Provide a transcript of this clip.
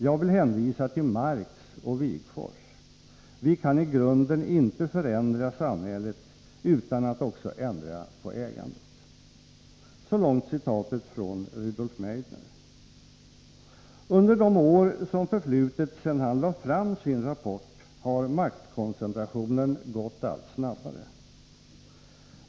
Jag vill hänvisa till Marx och Wigforss: vi kan i grunden inte förändra samhället utan att också ändra på ägandet.” Under de år som förflutit sedan Meidner lade fram sin rapport har maktkoncentrationen gått allt snabbare.